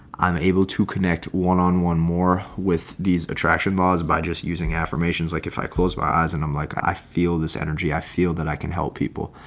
i'm able to connect one on one more with these attraction laws by just using affirmations. like if i close my eyes, and i'm like, i feel this energy i feel that i can help people,